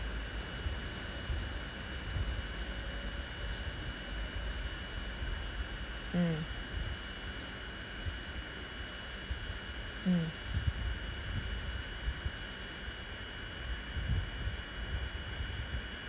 mm mm